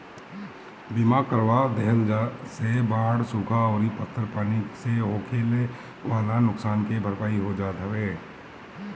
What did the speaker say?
बीमा करवा देहला से बाढ़ सुखा अउरी पत्थर पानी से होखेवाला नुकसान के भरपाई हो जात हवे